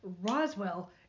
Roswell